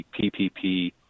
PPP